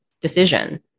decision